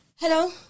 Hello